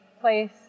place